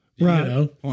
right